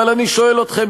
אבל אני שואל אתכם,